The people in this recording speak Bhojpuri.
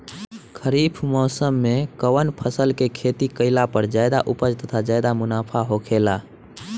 खरीफ़ मौसम में कउन फसल के खेती कइला पर ज्यादा उपज तथा ज्यादा मुनाफा होखेला?